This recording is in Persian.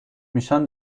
میشن